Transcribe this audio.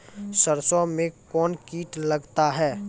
सरसों मे कौन कीट लगता हैं?